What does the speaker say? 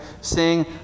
Sing